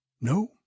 No